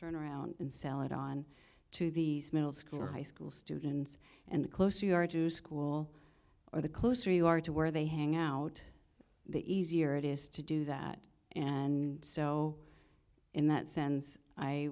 turn around and sell it on to these middle school high school students and the closer you are to school or the closer you are to where they hang out the easier it is to do that and so in that sense i